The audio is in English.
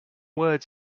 words